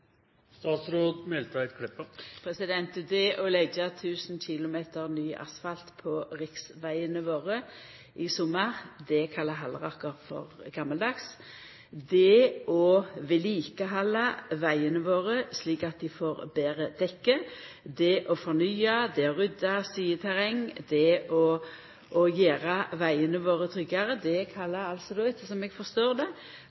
Det å leggja 1 000 km ny asfalt på riksvegane våre i sommar kallar Halleraker for «gammeldags». Det å vedlikehalda vegane våre, slik at dei får betre dekke, det å fornya, det å rydda sideterreng, det å gjera vegane våre tryggare, kallar Halleraker for – slik eg forstår det – «gammeldags». Det er faktisk slik at det